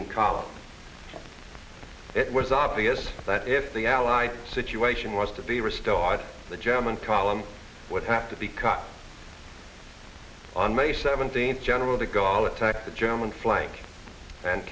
column it was obvious that if the allied situation was to be restored the german column would have to be cut on may seventeenth general to go all the time to the german flank and